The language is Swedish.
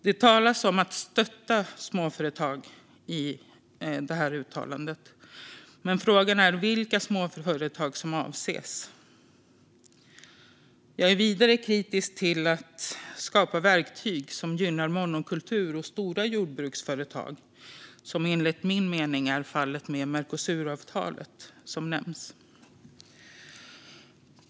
Det talas om att stötta småföretag i det här meddelandet, men frågan är vilka småföretag som avses. Jag är vidare kritisk till att skapa verktyg som gynnar monokultur och stora jordbruksföretag, vilket enligt min mening är fallet med Mercosuravtalet, som nämns.